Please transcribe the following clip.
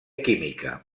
química